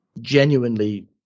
genuinely